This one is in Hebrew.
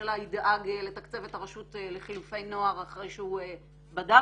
הממשלה ידאג לתקצב את הרשות לחילופי נוער אחרי שהוא בדק.